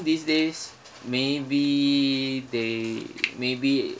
these days maybe they maybe